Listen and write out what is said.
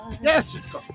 Yes